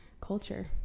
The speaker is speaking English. culture